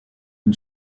une